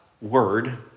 word